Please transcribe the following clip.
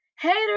haters